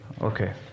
Okay